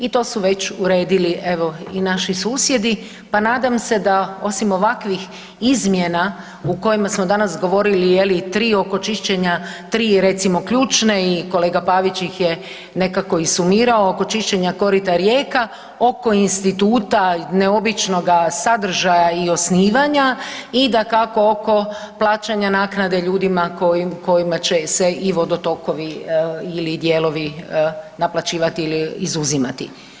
I to su već uredili evo i naši susjedi pa nadam se da osim ovakvih izmjena u kojima smo danas govorili je li i 3 oko čišćenja, 3 recimo ključne i kolega Pavić ih je nekako i sumirao, oko čišćenja korita rijeka, oko instituta neobičnoga sadržaja i osnivanja i dakako oko plaćanje naknade ljudima kojima će se i vodotokovi ili dijelovi naplaćivati ili izuzimati.